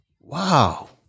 Wow